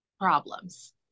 problems